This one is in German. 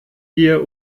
ihr